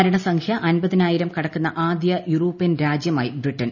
മുര്ണസംഖ്യ അമ്പതിനായിരം കടക്കുന്ന ആദ്യ യൂറോപ്യൻ രാജ്യമായി ബ്രിട്ടൻ